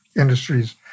industries